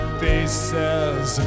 faces